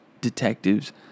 detectives